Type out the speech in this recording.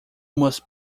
must